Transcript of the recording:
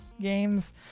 games